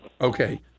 Okay